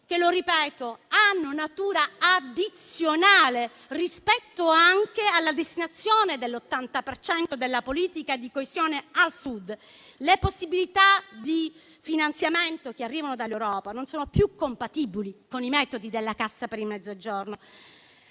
che hanno natura addizionale anche rispetto alla destinazione dell'80 per cento della politica di coesione al Sud. Le possibilità di finanziamento che arrivano dall'Europa non sono più compatibili con i metodi della Cassa per il Mezzogiorno.